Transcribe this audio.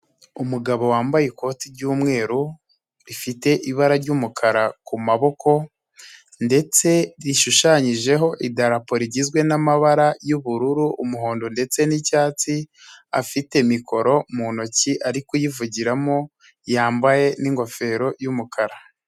Umugabo wambaye ikoti ry'umweru ,rifite ibara ry'umukara ku maboko ,ndetse rishushanyijeho idarapo rigizwe n'amabara y'ubururu ,umuhondo, ndetse n'icyatsi ,afite mikoro mu ntoki ari kuyivugiramo, yambaye n'ingofero y'umukara.